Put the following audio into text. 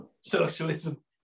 Socialism